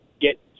get